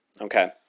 Okay